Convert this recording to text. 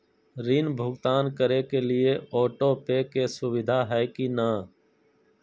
ऋण भुगतान करे के लिए ऑटोपे के सुविधा है की न?